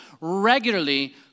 regularly